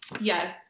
Yes